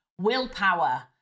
willpower